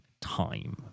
time